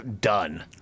done